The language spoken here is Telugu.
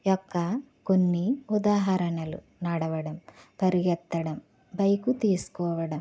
యొక్క కొన్ని ఉదాహరణలు నడవడం పరిగెత్తడం బైకు తీసుకోవడం